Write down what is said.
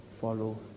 follow